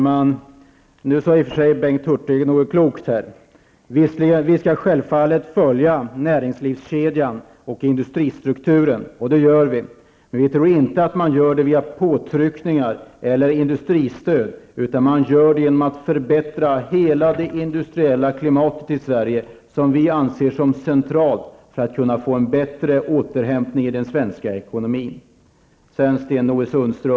Fru talman! Nu sade Bengt Hurtig något klokt. Vi skall självfallet följa utvecklingen av näringslivskedjan och industristrukturen, och det gör vi. Men vi tror inte att man förbättrar situationen med påtryckningar eller industristöd -- man gör det genom att förbättra det industriella klimatet i Sverige, som vi anser vara centralt för att åstadkomma en bättre återhämtning i den svenska ekonomin. Sedan några ord till Sten-Ove Sundström.